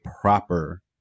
proper